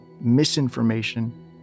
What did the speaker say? misinformation